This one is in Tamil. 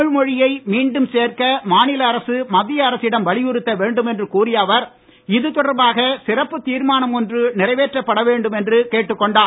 தமிழ்மொழியை மீண்டும் சேர்க்க மாநில அரசு மத்திய அரசிடம் வலியுறுத்த வேண்டும் என்று கூறிய அவர் இது தொடர்பாக சிறப்பு தீர்மானம் ஒன்று நிறைவேற்றப்பட வேண்டும் என்று கேட்டுக் கொண்டார்